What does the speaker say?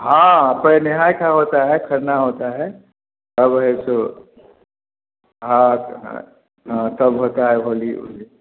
हाँ पहले नहाई का होता है खरना होता है अब है सो हाँ त हाँ हाँ तब होता है होली उली